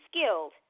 skilled